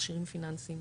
מכשירים פיננסים,